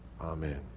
Amen